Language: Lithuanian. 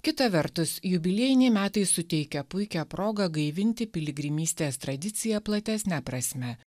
kita vertus jubiliejiniai metai suteikia puikią progą gaivinti piligrimystės tradiciją platesne prasme